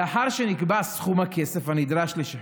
לאחר שנקבע סכום הכסף הנדרש לשחרור,